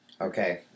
Okay